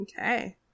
Okay